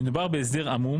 מדובר בהסדר עמום